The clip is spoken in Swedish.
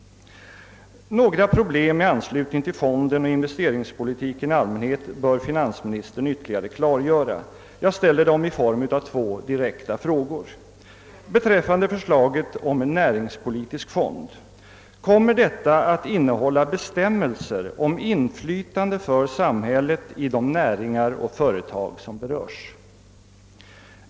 Några problem i anslutning till fonden och investeringspolitiken i allmänhet bör finansministern ytterligare klargöra. Jag tar upp dem i form av två direkta frågor. Den första frågan gäller förslaget om en näringspolitisk fond: Kommer detta att innehålla bestämmelser om inflytande för samhället i de näringar och företag som berörs?